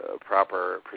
proper